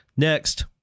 Next